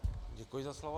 Děkuji za slovo.